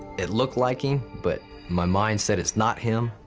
it looked like him, but my mind said it's not him,